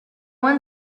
one